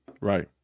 Right